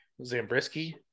Zambrisky